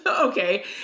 Okay